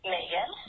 Megan